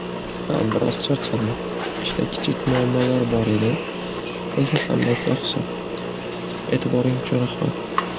Xa biroz charchadim ishda kichik muammolar bor edi lekin hammasi yaxshi e'tiboring uchun raxmat.